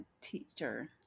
teacher